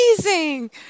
Amazing